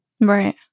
Right